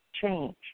change